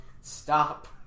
stop